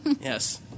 Yes